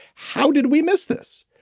how did we miss this.